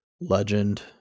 legend